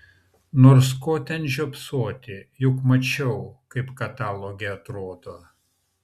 nors ko ten žiopsoti juk mačiau kaip kataloge atrodo